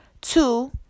Two